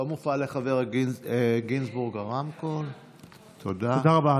תודה רבה.